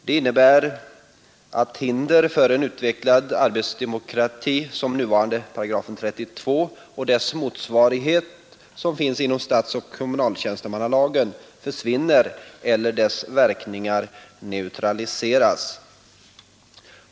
Detta innebär att det hinder för en utvecklad arbetsdemokrati som den nuvarande § 32 och dess motsvarighet inom statsoch kommunaltjänstemannalagen försvinner eller att dess verkningar neutraliseras.